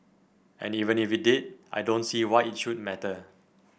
and even if it did I don't see why it should matter